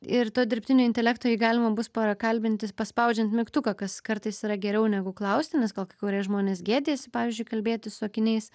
ir to dirbtinio intelekto jį galima bus prakalbinti paspaudžiant mygtuką kas kartais yra geriau negu klausti nes gal kai kurie žmonės gėdijasi pavyzdžiui kalbėti su akiniais